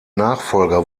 nachfolger